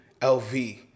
LV